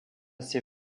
ses